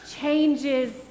changes